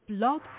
blog